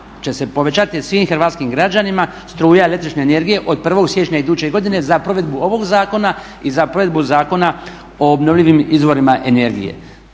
će se povećati svim hrvatskim građanima struja električne energije od 1.siječnja iduće godine za provedbu ovog zakona i za provedbu Zakona o obnovljivim izvorima energije.